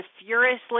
furiously